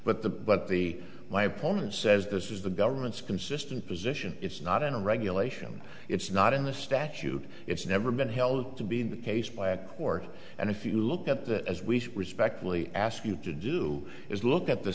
but the but the my opponent says this is the government's consistent position it's not in a regulation it's not in the statute it's never been held to be the case by a court and if you look at that as we respectfully ask you to do is look at the